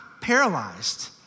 paralyzed